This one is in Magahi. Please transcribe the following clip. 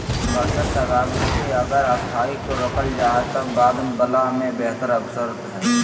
कर्जा के अदायगी के अगर अस्थायी रोकल जाए त बाद वला में बेहतर अवसर हइ